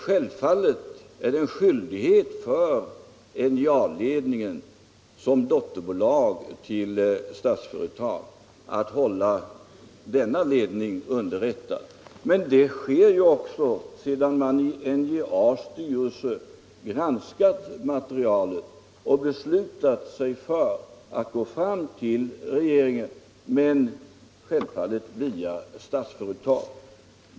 Självfallet är det en skyldighet för NJA ledningen som dotterbolag till Statsföretag att hålla denna ledning underrättad. Det skedde också sedan man i NJA:s styrelse hade granskat materialet och beslutat att gå fram till regeringen, men självfallet via Statsföretag.